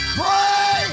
pray